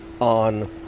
on